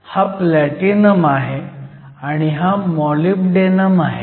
हा प्लॅटिनम आहे आणि हा मॉलिब्डेनम आहे